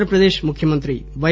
ఆంధ్రప్రదేశ్ ముఖ్యమంత్రి వై